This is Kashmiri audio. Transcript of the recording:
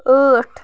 ٲٹھ